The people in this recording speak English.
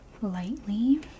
lightly